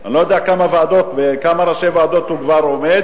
אני לא יודע בראשות כמה ועדות הוא כבר עומד,